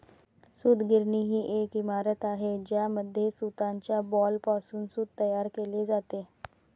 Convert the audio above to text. सूतगिरणी ही एक इमारत आहे ज्यामध्ये सूताच्या बॉलपासून सूत तयार केले जाते